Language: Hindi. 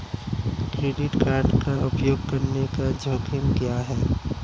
क्रेडिट कार्ड का उपयोग करने के जोखिम क्या हैं?